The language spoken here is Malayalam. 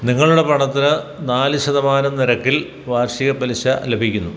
നിങ്ങളുടെ പണത്തിന് നാല് ശതമാനം നിരക്കിൽ വാർഷിക പലിശ ലഭിക്കുന്നു